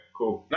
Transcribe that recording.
cool